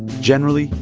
generally,